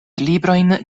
librojn